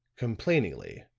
complainingly,